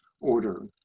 order